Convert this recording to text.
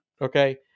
okay